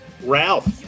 Ralph